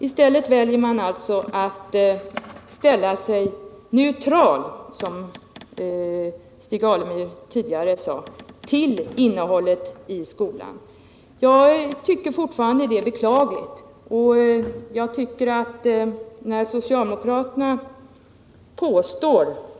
I stället väljer man alltså att ställa sig neutral, som Stig Alemyr tidigare sade, till innehållet i skolarbetet. Jag tycker fortfarande att detta är beklagligt.